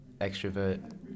extrovert